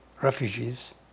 Refugees